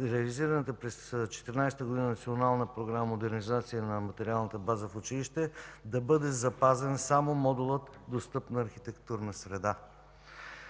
реализираната през 2014 г. Национална програма „Модернизация на материалната база в училище” да бъде запазен само Модулът „Достъпна архитектурна среда”,